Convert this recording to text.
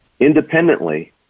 Independently